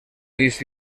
luis